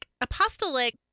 Apostolic